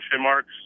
marks